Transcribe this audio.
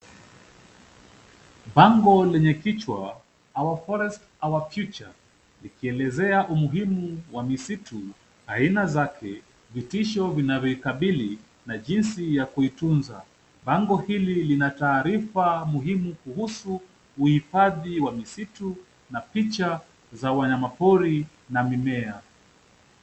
Bango lenye kichwa our forest our future likielezea umuhimu wa misitu aina zake, vitisho vinavoikabili na jinsi ya kuitunza . Bango hili lina taarifa muhimu kuhusu uhifadhi wa misitu na picha za wanyama pori na mimea.